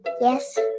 Yes